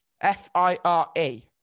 F-I-R-E